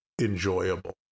enjoyable